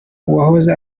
uwahoze